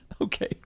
Okay